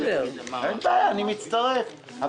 אין בעיה, אני מצטרף.